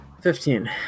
Fifteen